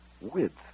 width